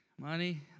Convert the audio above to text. money